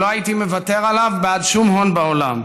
שלא הייתי מוותר עליו בעד שום הון בעולם,